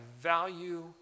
value